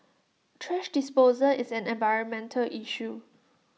thrash disposal is an environmental issue